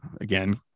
Again